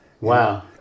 Wow